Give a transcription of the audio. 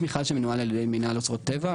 יש מכרז שמנוהל על ידי מנהל אוצרות טבע,